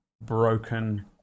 broken